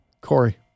Corey